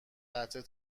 قطعه